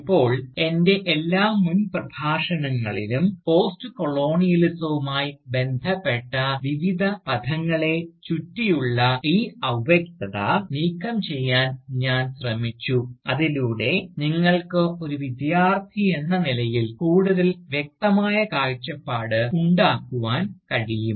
ഇപ്പോൾ എൻറെ എല്ലാ മുൻ പ്രഭാഷണങ്ങളിലും പോസ്റ്റ്കൊളോണിയലിസവുമായി ബന്ധപ്പെട്ട വിവിധ പദങ്ങളെ ചുറ്റിപ്പറ്റിയുള്ള ഈ അവ്യക്തത നീക്കംചെയ്യാൻ ഞാൻ ശ്രമിച്ചു അതിലൂടെ നിങ്ങൾക്ക് ഒരു വിദ്യാർത്ഥിയെന്ന നിലയിൽ കൂടുതൽ വ്യക്തമായ കാഴ്ചപ്പാട് ഉണ്ടാക്കുവാൻ കഴിയും